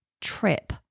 trip